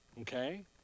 Okay